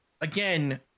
again